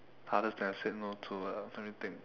hardest thing I said no to uh let me think